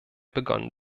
begonnen